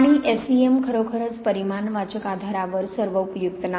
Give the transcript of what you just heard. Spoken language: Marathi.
आणि SEM खरोखरच परिमाणवाचक आधारावर सर्व उपयुक्त नाही